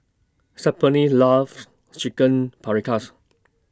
loves Chicken Paprikas